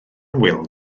wil